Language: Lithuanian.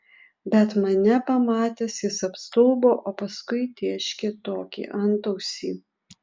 bet mane pamatęs jis apstulbo o paskui tėškė tokį antausį